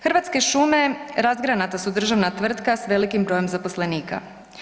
Hrvatske šume razgranata su državna tvrtka sa velikim brojem zaposlenika.